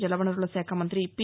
జలవనరులశాఖ మంగ్రి పి